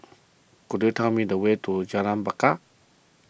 could you tell me the way to Jalan Bungar